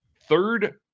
third